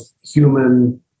human